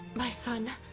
my son,